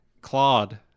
Claude